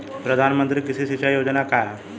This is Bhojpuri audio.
प्रधानमंत्री कृषि सिंचाई योजना का ह?